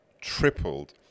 tripled